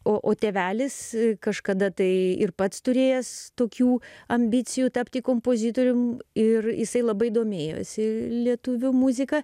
o tėvelis kažkada tai ir pats turėjęs tokių ambicijų tapti kompozitoriumi ir jisai labai domėjosi lietuvių muzika